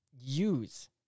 use